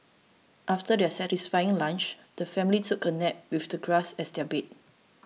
after their satisfying lunch the family took a nap with the grass as their bed